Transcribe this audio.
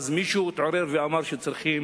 מישהו התעורר ואמר שצריכים